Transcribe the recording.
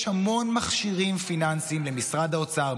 יש המון מכשירים פיננסיים למשרד האוצר,